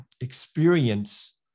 experience